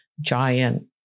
giant